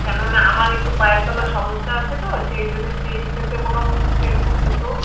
কেন না আমার একটু পায়ের তলায় সমস্যা আছে তো সেই জন্য সেই শেপে কোনও সেরকম জুতো